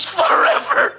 forever